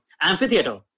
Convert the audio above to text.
amphitheater